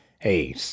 hey